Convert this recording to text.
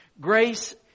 Grace